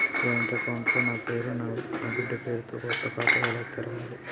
Joint account లో నా పేరు నా బిడ్డే పేరు తో కొత్త ఖాతా ఎలా తెరవాలి?